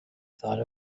thought